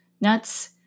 nuts